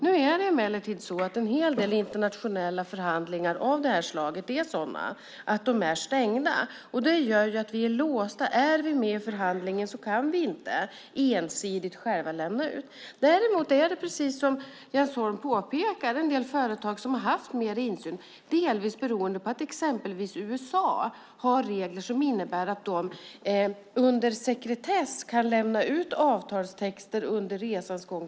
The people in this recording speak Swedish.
Nu är emellertid en hel del internationella förhandlingar av det här slaget stängda. Det gör att vi är låsta: Är vi med i förhandlingen kan vi inte ensidigt lämna ut material själva. Däremot är det, precis som Jens Holm påpekar, en del företag som har haft mer insyn, delvis beroende på att man i exempelvis USA har regler som innebär att man under sekretess kan lämna ut avtalstexter till företag under resans gång.